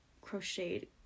crocheted